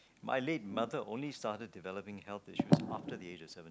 my late mother only started developing health issues after the age of seven